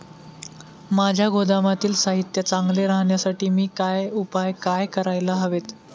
माझ्या गोदामातील साहित्य चांगले राहण्यासाठी मी काय उपाय काय करायला हवेत?